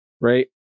right